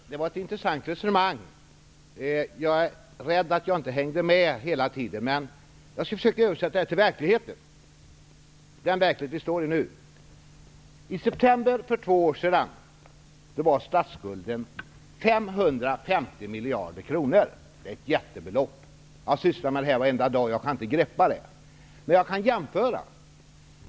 Herr talman! Det var ett intressant resonemang. Jag är rädd att jag inte hängde med hela tiden, men jag skall försöka översätta det till verkligheten, den verklighet som vi befinner oss i nu. miljarder kronor. Det är ett jättebelopp. Jag sysslar med dessa frågor varenda dag, och jag kan inte greppa det, men jag kan göra en jämförelse.